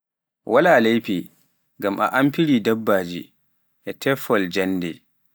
waala leifi ngam a afiiri dabbaaji e teffol njannde.